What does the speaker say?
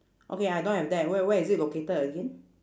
okay I don't have that wh~ where is it located again